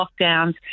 lockdowns